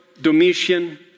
Domitian